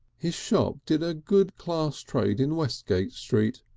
his shop did a good class trade in westgate street,